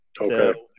Okay